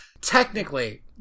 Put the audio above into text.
Technically